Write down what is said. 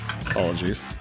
Apologies